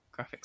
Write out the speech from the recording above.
graphics